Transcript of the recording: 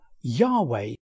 Yahweh